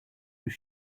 was